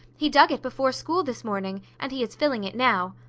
he dug it before school this morning, and he is filling it now.